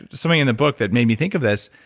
something in the book that made me think of this.